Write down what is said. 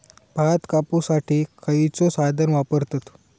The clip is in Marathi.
भात कापुसाठी खैयचो साधन वापरतत?